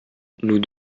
nous